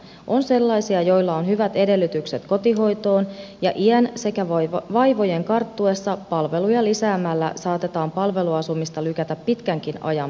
on sellaisia joilla on hyvät edellytykset kotihoitoon ja iän sekä vaivojen karttuessa palveluja lisäämällä saatetaan palveluasumista lykätä pitkänkin ajan päähän